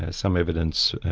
ah some evidence,